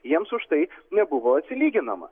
jiems už tai nebuvo atsilyginama